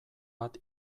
bat